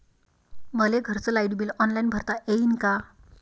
मले घरचं light bill online भरता येईन का?